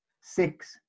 Six